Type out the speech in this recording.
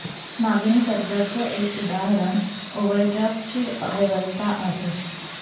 मागणी कर्जाच एक उदाहरण ओव्हरड्राफ्ट ची व्यवस्था आहे